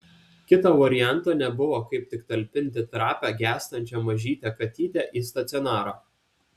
kito varianto nebuvo kaip tik talpinti trapią gęstančią mažytę katytę į stacionarą